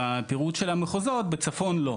בפירוט של המחוזות בצפון לא,